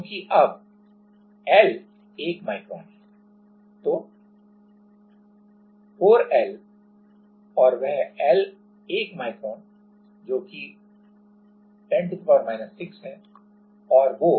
तो 4L और वह L1 μm जो कि 10 6 है और वो हमें 29×न्यूटन देता है 29× N